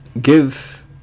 give